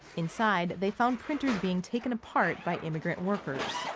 inside they found printers being taken apart by immigrant workers.